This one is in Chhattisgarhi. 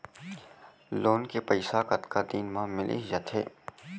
लोन के पइसा कतका दिन मा मिलिस जाथे?